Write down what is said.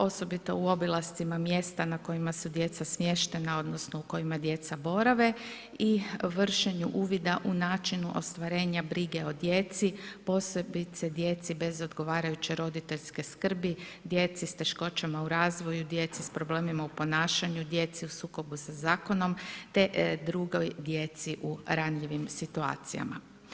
Osobito u obilascima mjesta na kojima su djeca smještena, odnosno u kojima djeca borave i vršenju uvida u način ostvarenja brige o djeci, posebice djeci bez odgovarajuće roditeljske skrbi, djeci s teškoćama u razvoju, djeci s problemima u ponašanju, djeci u sukobu sa zakonom, te drugoj djeci u ranjivim situacijama.